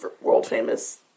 world-famous